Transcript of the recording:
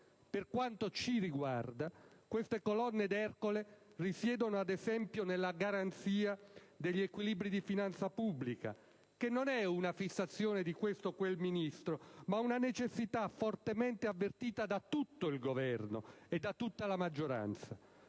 Per quanto ci riguarda, queste colonne d'Ercole risiedono ad esempio nella garanzia degli equilibri di finanza pubblica, che non è una fissazione di questo o quel Ministro, ma una necessità fortemente avvertita da tutto il Governo e da tutta la maggioranza,